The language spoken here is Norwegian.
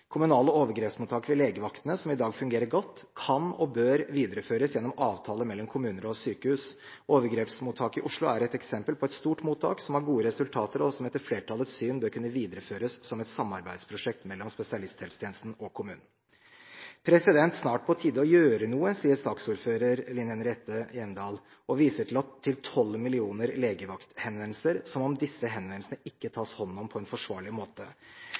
Kommunale overgrepsmottak ved de legevaktene som i dag fungerer godt, kan og bør videreføres gjennom avtaler mellom kommuner og sykehus. Overgrepsmottaket i Oslo er et eksempel på et stort mottak som har gode resultater, og som etter flertallets syn bør kunne videreføres som et samarbeidsprosjekt mellom spesialisthelsetjenesten og kommunen. Det er snart på tide å gjøre noe, sier saksordfører Line Henriette Hjemdal, og viser til 12 millioner legevakthenvendelser, som om disse ikke tas hånd om på en forsvarlig måte.